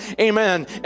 amen